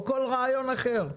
או כל רעיון אחר.